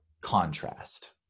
Contrast